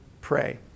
pray